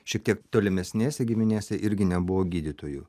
šiek tiek tolimesnėse giminėse irgi nebuvo gydytojų